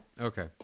Okay